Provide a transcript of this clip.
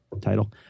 title